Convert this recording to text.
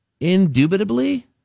indubitably